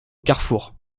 carrefour